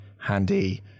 handy